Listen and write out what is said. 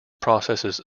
processes